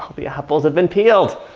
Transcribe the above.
ah the apples have been peeled,